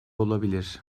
olabilir